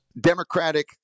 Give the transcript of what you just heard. Democratic